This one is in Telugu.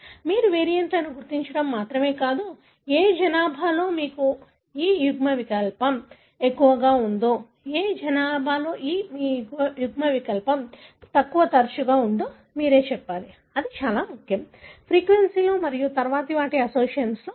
మీరు వేరియంట్లను గుర్తించడం మాత్రమే కాదు ఏ జనాభాలో మీకు ఈ యుగ్మ వికల్పం ఎక్కువగా ఉందో ఏ జనాభాలో మీకు ఈ యుగ్మ వికల్పం తక్కువ తరచుగా ఉందో మీరు చెప్పాలి అది చాలా ముఖ్యం ఫ్రీక్వెన్సీ మరియు తరువాత వారి అసోసియేషన్లకు చెప్పడం